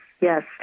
yes